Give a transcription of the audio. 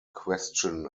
question